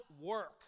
work